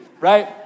right